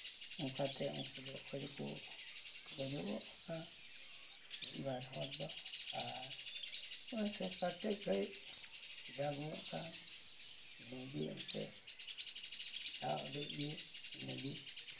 ᱚᱱᱠᱟᱛᱮ ᱩᱱᱠᱩ ᱫᱚ ᱚᱠᱚᱭ ᱫᱚᱠᱚ ᱜᱚᱡᱚᱜᱚᱜ ᱠᱟᱱᱟ ᱢᱤᱫᱵᱟᱨ ᱦᱚᱲ ᱫᱚ ᱟᱨ ᱱᱩᱭ ᱥᱚᱨᱠᱟᱨ ᱴᱷᱮᱡ ᱠᱷᱚᱡ ᱤᱱᱟᱹᱜᱮ ᱮᱱᱛᱮᱜ ᱟᱹᱰᱤᱜᱮ ᱤᱱᱟᱹᱜᱮ